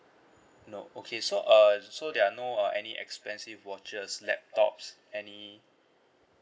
no okay so uh so there're no any expensive watches laptops any